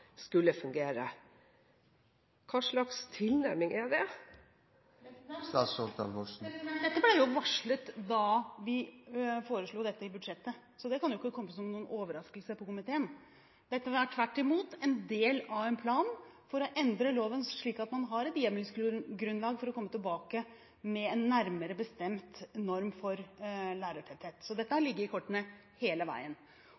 skulle fungere. Hva slags tilnærming er det? Dette ble varslet da vi foreslo dette i budsjettet, så det kan ikke ha kommet som noen overraskelse på komiteen. Dette var tvert imot en del av en plan for å endre loven, slik at man har et hjemmelsgrunnlag for å komme tilbake med en nærmere bestemt norm for lærertetthet. Så dette har ligget i kortene hele veien.